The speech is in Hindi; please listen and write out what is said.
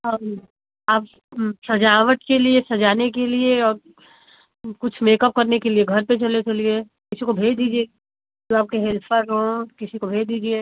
आप आप सजावट के लिए सजाने के लिए और कुछ मेकअप करने के लिए घर पर चले चलिए किसी को भेज दीजिए जो आपके हेल्पर हों किसी को भेज दीजिए